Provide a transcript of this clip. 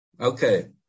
Okay